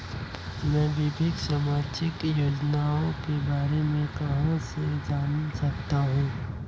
मैं विभिन्न सामाजिक योजनाओं के बारे में कहां से जान सकता हूं?